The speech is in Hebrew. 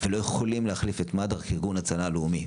ולא יכולים להחליף את מד"א כארגון ההצלה הלאומי.